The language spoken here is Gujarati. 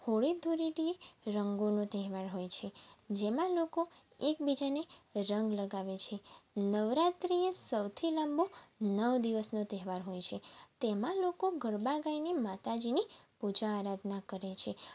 હોળી ધૂળેટી રંગોનો તહેવાર હોય છે જેમાં લોકો એકબીજાને રંગ લગાવે છે નવરાત્રિ એ સૌથી લાંબો નવ દિવસનો તહેવાર હોય છે તેમાં લોકો ગરબા ગાઈને માતાજીની પૂજા આરાધના કરે છે